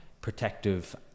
protective